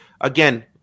Again